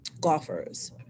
golfers